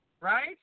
right